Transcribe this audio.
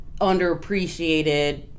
underappreciated